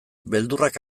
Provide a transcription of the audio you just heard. beldurrak